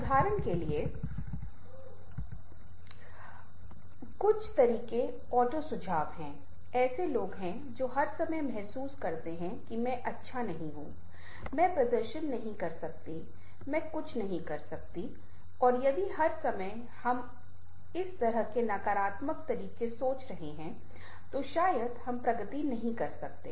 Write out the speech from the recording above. उदाहरण के लिए कुछ तरीके ऑटो सुझाव हैं ऐसे लोग हैं जो हर समय महसूस करते हैं कि मैं अच्छा नहीं हूं मैं प्रदर्शन नहीं कर सकता मैं कुछ नहीं कर सकता हूं और यदि हर समय हम इस तरह के नकारात्मक तरीके सोच रहे हैं तो शायद हम प्रगति नहीं कर सकते